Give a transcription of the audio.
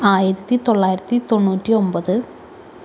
ആയിരത്തി തൊള്ളായിരത്തി തൊണ്ണൂറ്റി ഒൻപത്